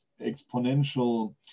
exponential